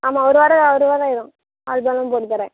ஆமாம் ஒரு வாரம் ஒரு வாரம் ஆயிரும் அதுக்கு அப்புறம் போட்டுத்தரேன்